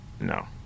no